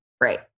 right